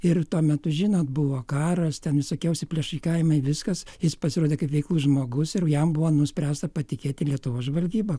ir tuo metu žinot buvo karas ten visokiausi plėšikavimai viskas jis pasirodė kaip veiklus žmogus ir jam buvo nuspręsta patikėti lietuvos žvalgybą